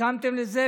הסכמתם לזה,